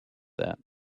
that